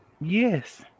Yes